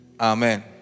Amen